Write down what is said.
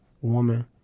woman